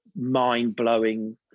mind-blowing